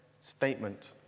statement